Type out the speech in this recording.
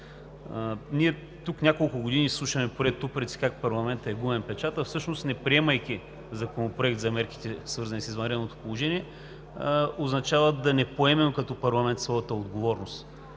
Ние тук няколко години по ред слушаме упреци как парламентът е гумен печат, а всъщност, не приемайки Законопроекта за мерките, свързани с извънредното положение, означава да не поемем като парламент своята отговорност